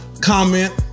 comment